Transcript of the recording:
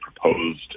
proposed